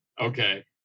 Okay